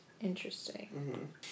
interesting